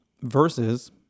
versus